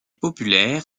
populaire